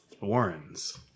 Warrens